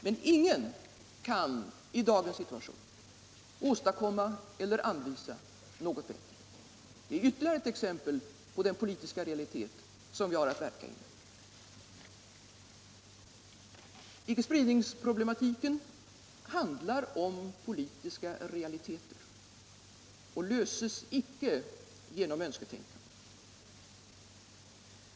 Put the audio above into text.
Men ingen kan i dagens situation åstadkomma eller anvisa något bättre. Det är ytterligare ett exempel på den politiska realitet som vi har att verka i. Icke-spridningsproblematiken handlar om politiska realiteter och löses icke genom önsketänkande.